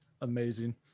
amazing